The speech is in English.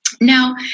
Now